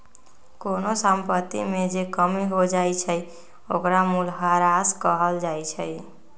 कोनो संपत्ति में जे कमी हो जाई छई ओकरा मूलहरास कहल जाई छई